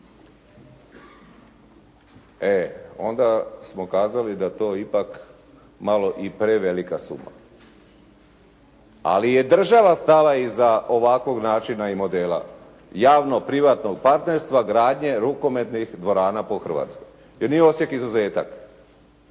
E onda smo kazali da je to ipak malo i prevelika suma. Ali je država stala iza ovakvog načina i modela javno-privatnog partnerstva gradnje rukometnih dvorana po Hrvatskoj, jer nije Osijek izuzetak.